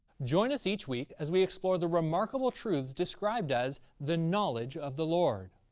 join us each week as we explore the remarkable truths described as the knowledge of the lord.